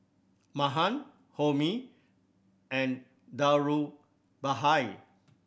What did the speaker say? Mahan Homi and Dhirubhai